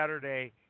Saturday